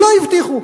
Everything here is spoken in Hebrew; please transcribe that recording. לא הבטיחו.